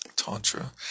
Tantra